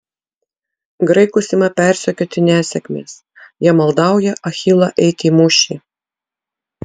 graikus ima persekioti nesėkmės jie maldauja achilą eiti į mūšį